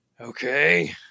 Okay